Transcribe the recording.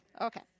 Okay